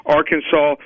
Arkansas